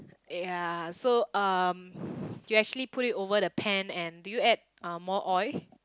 ya so um you actually put it over the pan and do you add um more oil